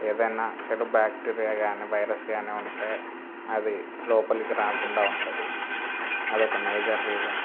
ఏదైనా చెడు బ్యాక్టీరియా కాని వైరస్ కాని ఉంటే అది లోపలికి రాకుండా ఉంటుంది అది ఒక మేజర్ రీజన్